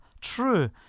true